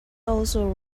also